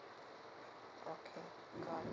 okay got it